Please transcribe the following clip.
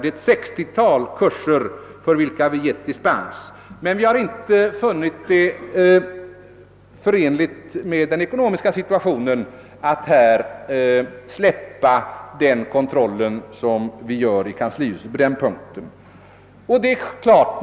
Det är ett 60-tal kurser för vilka vi gett dispens, men vi har inte funnit det förenligt med den ekonomiska situationen att här släppa den kontroll som man gör i kanslihuset på denna punkt.